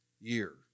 year